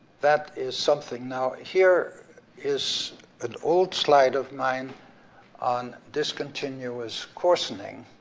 that is something. now, here is an old slide of mine on discontinuous coarsening.